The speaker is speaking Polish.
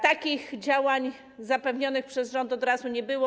Takich działań zapewnionych przez rząd od razu nie było.